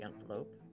envelope